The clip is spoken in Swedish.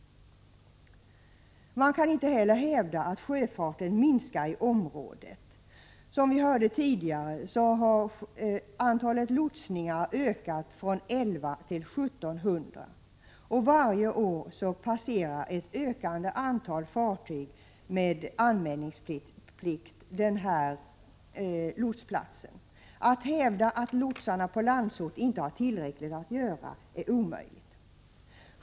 Man kan inte heller hävda att sjöfarten minskar i området. Som vi hörde tidigare har antalet lotsningar ökat från 1 100 till 1 700, och varje år passerar ett ökande antal fartyg med anmälningsplikt denna lotsplats. Att hävda att lotsarna på Landsort inte har tillräckligt att göra är omöjligt.